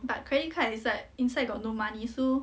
but credit card it's like inside got no money so